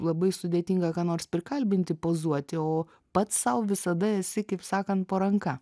labai sudėtinga ką nors prikalbinti pozuoti o pats sau visada esi kaip sakan po ranka